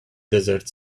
desert